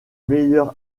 meilleur